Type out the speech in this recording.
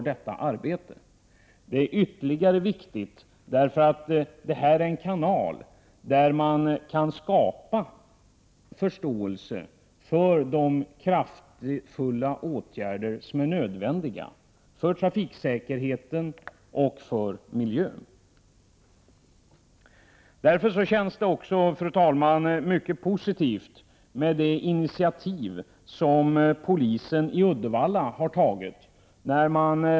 Detta är också viktigt därför att det här är en kanal när det gäller att skapa förståelse för de kraftfulla åtgärder som är nödvändiga för trafiksäkerheten och för miljön. Därför upplevs det initiativ mycket positivt, fru talman, som polisen i Uddevalla har tagit.